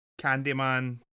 Candyman